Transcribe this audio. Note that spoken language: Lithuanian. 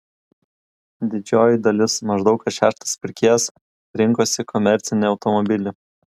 didžioji dalis maždaug kas šeštas pirkėjas rinkosi komercinį automobilį